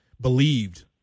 believed